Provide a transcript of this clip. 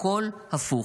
הכול הפוך.